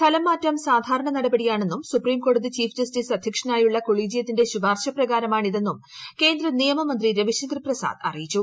സ്ഥലംമാറ്റം സാധാരണ നടപടിയാണെന്നും സുപ്രീംകോടതി ചീഫ് ജസ്റ്റിസ് അധ്യക്ഷനായുള്ള കൊളിജീയത്തിന്റെ ശുപാർശ പ്രകാരമാണ് ഇതെന്നും കേന്ദ്ര നിയമമന്ത്രി രവിശങ്കർ പ്രസാദ് അറിയിച്ചു